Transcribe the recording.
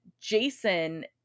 Jason